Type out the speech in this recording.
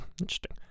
interesting